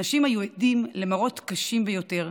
אנשים היו עדים למראות קשים ביותר,